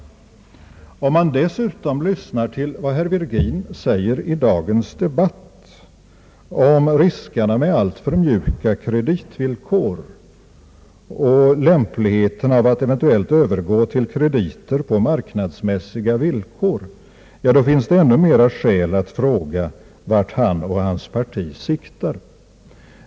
När man dessutom lyssnar till vad herr Virgin säger i dagens debatt om riskerna med alltför mjuka kreditvillkor och lämpligheten av att eventuellt övergå till krediter på marknadsmässiga villkor, har man ännu mera skäl att fråga vart han och hans parti siktar.